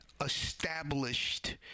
established